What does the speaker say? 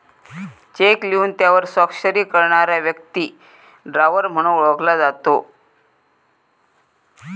check लिहून त्यावर स्वाक्षरी करणारा व्यक्ती ड्रॉवर म्हणून ओळखलो जाता